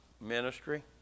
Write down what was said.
ministry